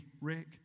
Rick